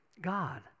God